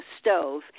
stove